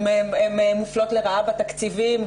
הן מופלות לרעה בתקציבים,